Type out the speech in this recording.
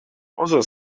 poza